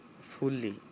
fully